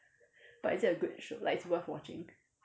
but is it a good show like it's worth watching